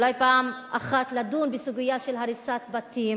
אולי פעם אחת לדון בסוגיה של הריסת בתים